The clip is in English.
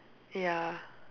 ya